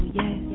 yes